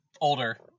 older